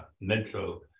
mental